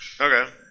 Okay